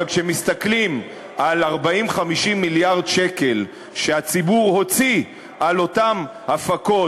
אבל כשמסתכלים על 40 50 מיליארד שקל שהציבור הוציא על אותן הפקות,